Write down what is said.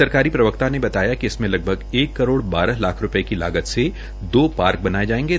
सरकारी प्रवक्ता ने बताया कि इसमें लगभग एक करोड़ बारह लाख रूपये की लागत से दो पार्क बनायें जायेंगें